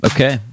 Okay